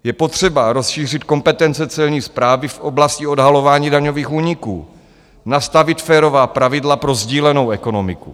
Je potřeba rozšířit kompetence Celní správy v oblasti odhalování daňových úniků, nastavit férová pravidla pro sdílenou ekonomiku.